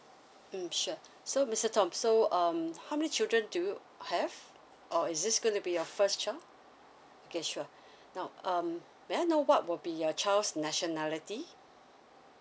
mm sure so mister tom so um how many children do you have or is this gonna be your first child okay sure now um may I know what would be your child's nationality